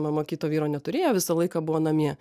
mama kito vyro neturėjo visą laiką buvo namie